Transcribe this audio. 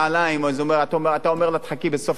אז אתה אומר לה: תחכי בסוף החודש.